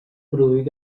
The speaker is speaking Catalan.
produir